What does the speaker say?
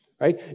right